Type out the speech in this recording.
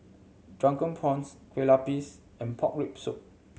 Drunken Prawns Kueh Lapis and pork rib soup